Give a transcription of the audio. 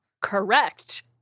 Correct